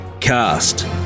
Cast